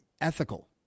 ethical